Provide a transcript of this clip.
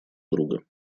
друга